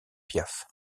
piaf